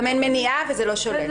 גם אין מניעה וזה לא שולל.